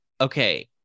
okay